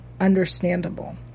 understandable